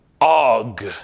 Og